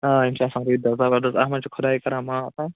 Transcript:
آ یِم چھِ آسان رٕتۍ دۄہ زبردست اَتھ منٛز چھُ خۄداے کَران معاف